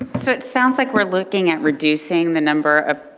so, it sounds like we're looking at reducing the number of